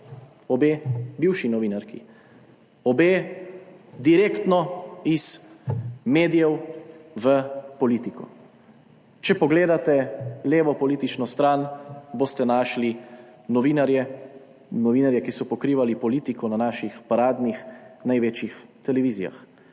Obe bivši novinarki, obe direktno iz medijev v politiko. Če pogledate levo politično stran, boste našli novinarje, ki so pokrivali politiko na naših paradnih, največjih televizijah.